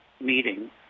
meeting